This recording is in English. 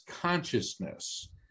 consciousness